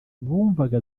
bumvaga